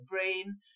brain